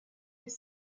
les